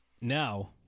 Now